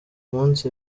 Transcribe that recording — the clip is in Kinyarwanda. munsi